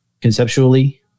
conceptually